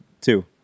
Two